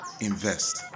invest